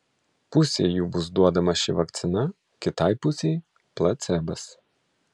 pusei jų bus duodama ši vakcina kitai pusei placebas